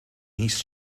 mis